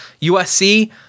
USC